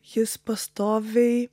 jis pastoviai